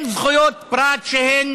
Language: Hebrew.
אין זכויות פרט שהן